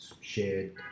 shared